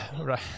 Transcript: Right